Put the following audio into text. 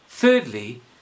Thirdly